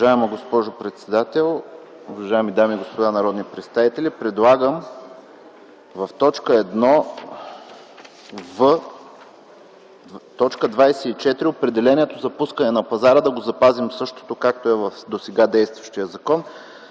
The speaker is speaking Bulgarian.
Уважаема госпожо председател, уважаеми дами и господа народни представители! Предлагам в т. 1, буква „в”, т. 24 – определението „пускане на пазара” да го запазим същото, както е в досега действащия закон,